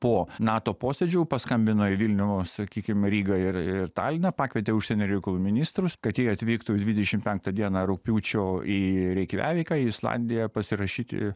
po nato posėdžio paskambino į vilnių sakykim rygą ir ir taliną pakvietė užsienio reikalų ministrus kad ji atvyktų dvidešim penktą dieną rugpjūčio į reikjaviką į islandiją pasirašyti